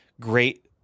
Great